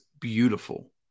beautiful